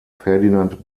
ferdinand